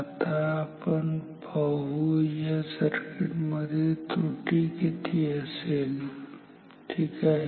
आता आपण पाहू या सर्किट मध्ये त्रुटी किती असेल ठीक आहे